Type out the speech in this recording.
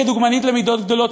כדוגמנית למידות גדולות,